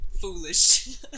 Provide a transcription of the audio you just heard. foolish